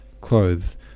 clothes